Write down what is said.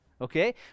okay